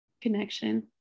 connection